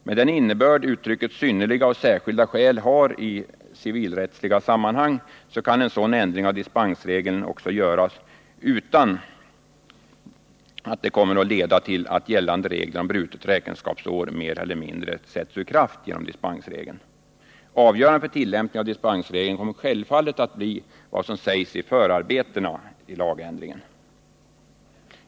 Med den innebörd som uttrycken synnerliga och särskilda skäl har i civilrättsliga sammanhang kan en sådan ändring av dispensregeln också göras utan att detta kommer att leda till att de gällande reglerna om brutet räkenskapsår mer eller mindre sätts ur kraft genom dispensregeln. Avgörande för tillämpningen av dispensregeln kommer självfallet att bli vad som utsägs i förarbetena till lagändringen.